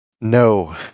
No